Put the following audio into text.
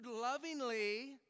lovingly